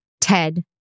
ted